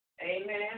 amen